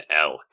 elk